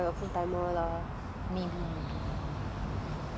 intern ah இருக்கும் போது:irukkum pothu they treat you like a full timer lah